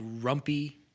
grumpy